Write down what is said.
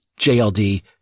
JLD